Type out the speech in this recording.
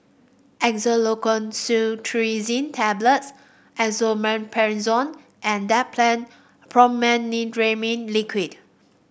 Xyzal Levocetirizine Tablets Esomeprazole and Dimetapp Brompheniramine Liquid